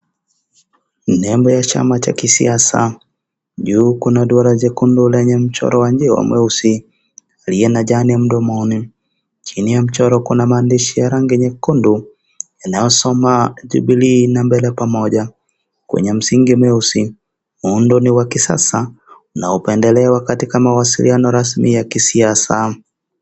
Ni nembo ya chama cha kisiasa juu kuna duara jekundu lenye mchoro wa njeu mweusi aliyena jani mdomoni, chini ya mchoro kuna maandishi ya rangi nyekundu yanayosoma jubilee na mbele pamoja, kwenye msingi mweusi miundo ni wa kisasa unaopendelewa katiaka mawasiliano rasmi ya kisiasa.